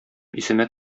исемә